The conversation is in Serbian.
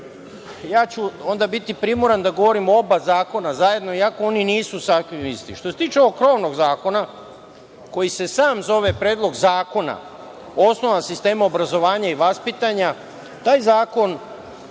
ću onda biti primoran da govorim o oba zakona zajedno, i ako oni nisu sasvim isti. Što se tiče ovog krovnog zakona koji se sam zove Predlog zakona o osnovama sistema obrazovanja i vaspitanja, taj zakon